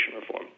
reform